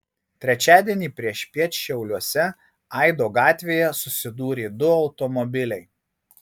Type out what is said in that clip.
trečiadienį priešpiet šiauliuose aido gatvėje susidūrė du automobiliai